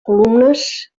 columnes